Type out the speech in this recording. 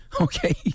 okay